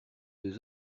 deux